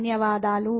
ధన్యవాదాలు